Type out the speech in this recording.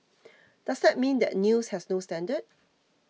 does that mean that news has no standard